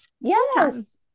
Yes